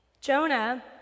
Jonah